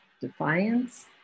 defiance